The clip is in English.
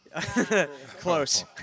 Close